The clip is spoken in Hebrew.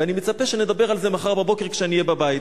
ואני מצפה שנדבר על זה מחר בבוקר כשאני אהיה בבית.